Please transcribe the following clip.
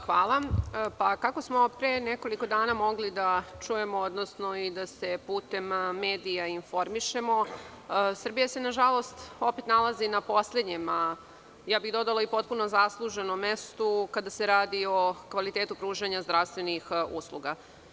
Kako smo pre nekoliko dana mogli da čujemo i da se putem medija informišemo, Srbija se, nažalost, opet nalazi na poslednjem, a ja bih dodala i potpuno zasluženom, mestu kada se radi o kvalitetu pružanja zdravstvenih usluga.